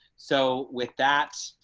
so with that,